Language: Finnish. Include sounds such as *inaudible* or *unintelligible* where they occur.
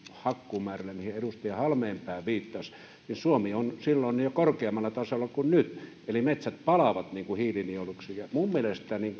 hakkuumäärällä mihin edustaja halmeenpää viittasi suomi on silloin jo korkeammalla tasolla kuin nyt eli metsät palaavat hiilinieluksi minun mielestäni *unintelligible*